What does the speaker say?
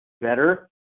better